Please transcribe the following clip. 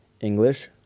English